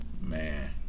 Man